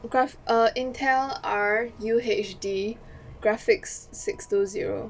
graph~ err Intel R_U_H_D graphics six two zero